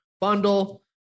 bundle